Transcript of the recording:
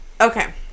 Okay